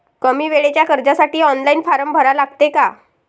कमी वेळेच्या कर्जासाठी ऑनलाईन फारम भरा लागते का?